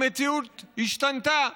המציאות השתנתה.